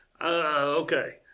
Okay